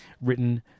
written